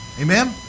Amen